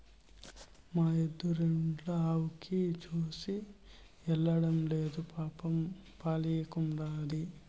మా ఎదురిండ్ల ఆవుకి చూలు నిల్సడంలేదు పాపం పాలియ్యకుండాది